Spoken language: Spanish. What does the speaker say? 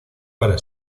para